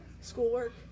schoolwork